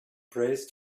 prays